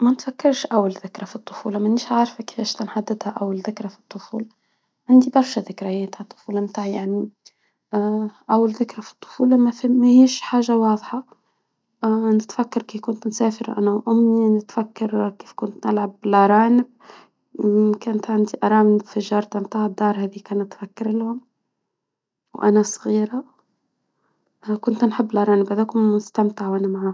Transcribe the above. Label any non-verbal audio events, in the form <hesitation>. ما نتفكرش أول فكرة في الطفولة مانيش عارفة كيفاش تنحددها أول ذكرى، في الطفولة عندي برشا ذكريات عن الطفولة بتاعي يعني <hesitation> أول ذكرى في الطفولة مثلاً ما هياش حاجة واضحة <hesitation> نتفكر كي كنت مسافرة أنا وامي، نتفكر كيف كنت ألعب بالأرانب، كانت عندي أرانب في الجاردن بتاعة الدار هذي كنت ، وانا صغيرة كنت نحب الأرانب و أكون مستمتعة وأنا معاهم.